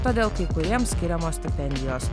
todėl kai kuriems skiriamos stipendijos